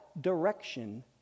direction